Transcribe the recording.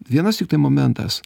vienas tiktai momentas